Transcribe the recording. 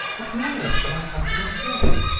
but whom on earth shall i have for myself?